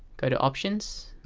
go to options,